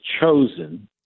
chosen